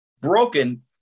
broken